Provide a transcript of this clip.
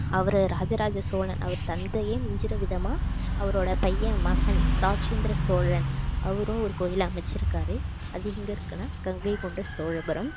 அவர் ராஜராஜ சோழன் அவர் தந்தையே மிஞ்சுற விதமாக அவரோடய பையன் மகன் ராஜேந்திர சோழன் அவரும் ஒரு கோயிலை அமைச்சிருக்காரு அது எங்கே இருக்குன்னா கங்கை கொண்ட சோழபுரம்